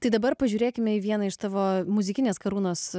tai dabar pažiūrėkime į vieną iš tavo muzikinės karūnos